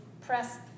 press